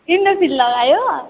इन्डोफिल लगायो